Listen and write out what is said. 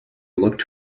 looked